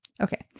okay